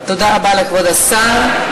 תודה רבה לכבוד השר.